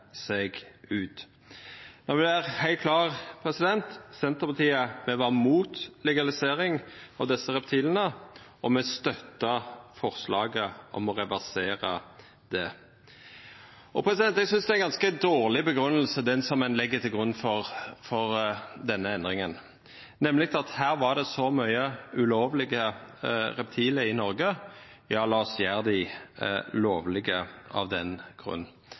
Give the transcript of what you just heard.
seg ut. Det er heilt klart: Senterpartiet var imot legalisering av desse reptila, og me støttar forslaget om å reversera det. Eg syntest det var ei ganske dårleg grunngjeving for denne endringa, nemleg: Det er så mange ulovlege reptil i Noreg, så lat oss gjera dei lovlege av den grunn.